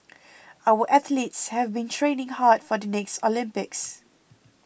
our athletes have been training hard for the next Olympics